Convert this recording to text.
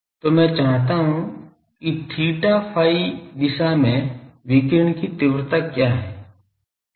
तो मैं चाहता हूं कि theta phi दिशा में विकिरण की तीव्रता क्या है